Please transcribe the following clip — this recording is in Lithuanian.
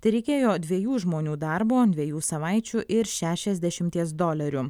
tereikėjo dviejų žmonių darbo dviejų savaičių ir šešiasdešimties dolerių